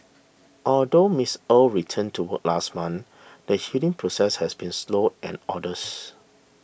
although Miss Er returned to work last month the healing process has been slow and arduous